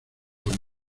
por